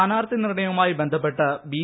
സ്ഥാനാർത്ഥി നിർണയവുമായി ബന്ധപ്പെട്ട് ബി